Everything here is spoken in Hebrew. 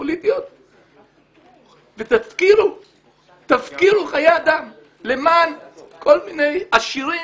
פוליטיות ותפקירו חיי אדם למען כל מיני עשירים,